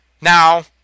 Now